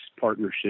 partnership